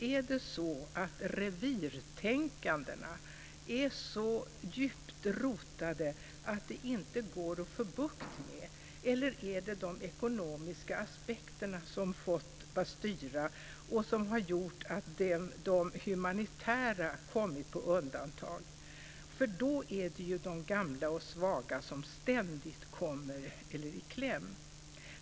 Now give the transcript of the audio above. Är revirtänkandet så djupt rotat att det inte går att få bukt med? Eller är det de ekonomiska aspekterna som har fått styra och som har gjort att det humanitära har kommit på undantag? Då är det de gamla och svaga som ständigt kommer i kläm.